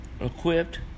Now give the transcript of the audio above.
equipped